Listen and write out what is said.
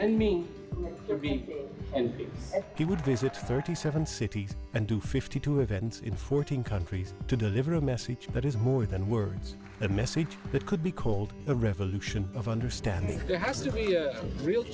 and me and he would visit thirty seven cities and do fifty two events in fourteen countries to deliver a message that is more than words a message that could be called a revolution of understanding there has to be here real